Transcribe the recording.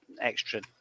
Extra